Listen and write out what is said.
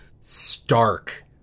Stark